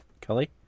Kelly